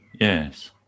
Yes